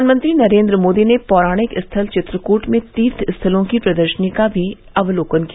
प्रधानमंत्री नरेंद्र मोदी ने पौराणिक स्थल चित्रकूट में तीर्थ स्थलों की प्रदर्शनी का भी अवलोकन किया